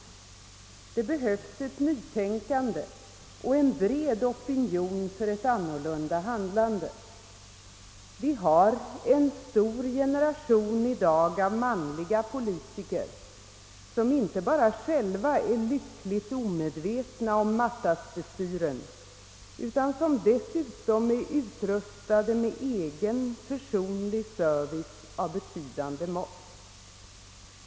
Det behövs ett nytänkande och en bred opinion för ett annorlunda handlande. Vi har i dag en stor generation av manliga politiker som inte bara själva är lyckligt omedvetna om Martasbestyren utan som dessutom är utrustade med egen personlig service av betydande mått.